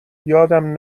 یادم